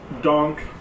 donk